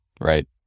Right